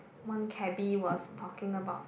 one cabby was talking about